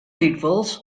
lykwols